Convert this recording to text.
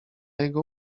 jego